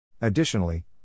Additionally